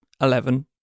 Eleven